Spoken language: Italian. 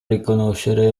riconoscere